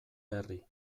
berri